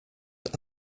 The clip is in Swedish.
att